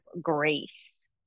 grace